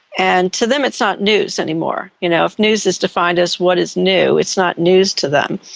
and to them it's not news anymore. you know if news is defined as what is new it's not news to them.